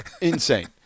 Insane